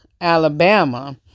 alabama